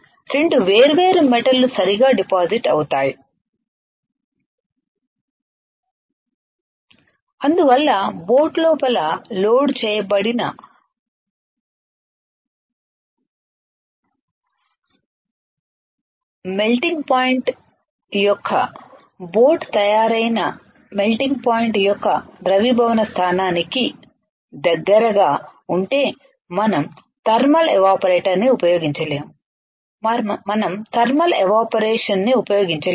రెండు వేర్వేరు మెటల్ లు సరిగ్గా డిపాజిట్ అవుతాయి అందువల్ల బోట్ లోపల లోడ్ చేయబడిన పదార్థం యొక్క ద్రవీభవన స్థానం బోట్ తయారైన పదార్థం యొక్క ద్రవీభవన స్థానానికి దగ్గరగా ఉంటే మనం థర్మల్ ఎవాపరేటర్ ను ఉపయోగించలేము మనం థర్మల్ ఎవాపరేషన్ ను ఉపయోగించలేము